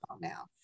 now